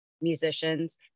musicians